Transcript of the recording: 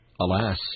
Alas